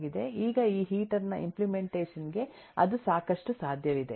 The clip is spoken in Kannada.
ಈಗ ಈ ಹೀಟರ್ ನ ಇಂಪ್ಲೆಮೆಂಟೇಷನ್ ಗೆ ಅದು ಸಾಕಷ್ಟು ಸಾಧ್ಯವಿದೆ